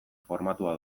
formatua